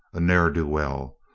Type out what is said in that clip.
a ne'er-do-well.